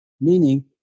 meaning